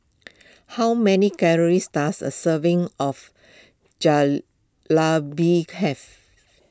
how many calories does a serving of Jalebi have